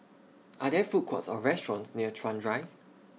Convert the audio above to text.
Are There Food Courts Or restaurants near Chuan Drive